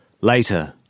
Later